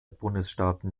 bundesstaaten